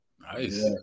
Nice